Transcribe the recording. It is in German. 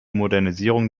modernisierung